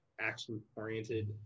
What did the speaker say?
action-oriented